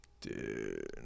Dude